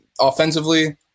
Offensively